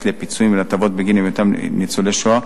לפיצויים ולהטבות בגין היותם ניצולי השואה.